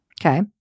Okay